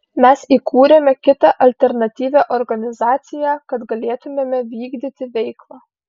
mes įkūrėme kitą alternatyvią organizaciją kad galėtumėme vykdyti veiklą